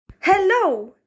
Hello